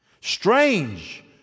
Strange